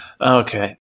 Okay